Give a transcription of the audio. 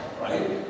right